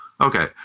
okay